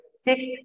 Sixth